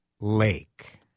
lake